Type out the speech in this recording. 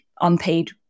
unpaid